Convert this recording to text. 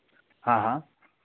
हाँ हाँ